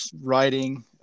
writing